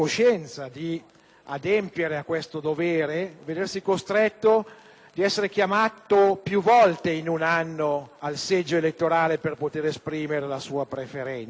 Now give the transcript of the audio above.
a recarsi più volte in un anno al seggio elettorale per poter esprimere le sue preferenze. Non è una cosa di poco conto